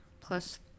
plus